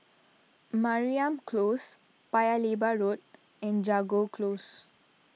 Mariam Close Paya Lebar Road and Jago Close